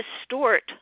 distort